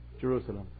Jerusalem